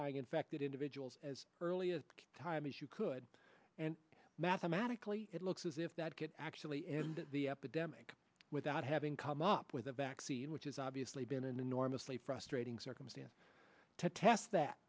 five infected individuals as early as time as you could and mathematically it looks as if that get actually end the epidemic without having come up with a vaccine which is obviously been an enormously frustrating circumstance to test that